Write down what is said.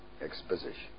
Exposition